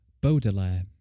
Baudelaire